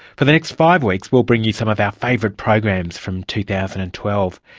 for the next five weeks we'll bring you some of our favourite programs from two thousand and twelve.